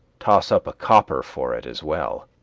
toss up a copper for it as well.